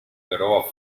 però